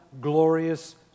glorious